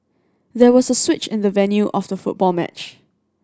there was a switch in the venue of the football match